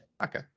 Okay